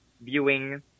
viewing